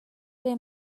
ere